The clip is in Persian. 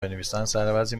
بنویسن، سربعضی